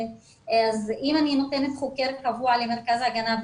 אם אני נותנת חוקר קבוע למרכז הגנה,